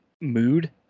mood